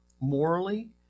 Morally